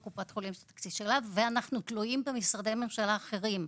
לקופת חולים יש את התקציב שלה ואנחנו תלויים במשרדי ממשלה אחרים.